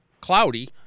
cloudy